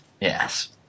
Yes